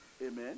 Amen